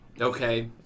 Okay